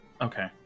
Okay